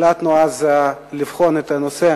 החלטנו אז לבחון את הנושא